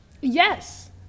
Yes